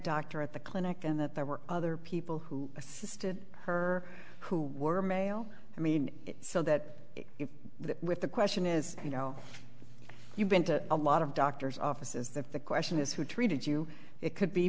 doctor at the clinic and that there were other people who assisted her who were male i mean so that the with the question is you know you've been to a lot of doctors offices that the question is who treated you it could be